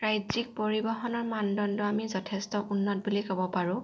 ৰাজ্যিক পৰিবহণৰ মানদণ্ড আমি যথেষ্ট উন্নত বুলি ক'ব পাৰোঁ